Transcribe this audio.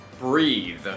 breathe